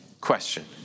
Question